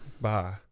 Bye